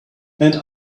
and